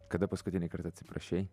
kada paskutinį kartą atsiprašei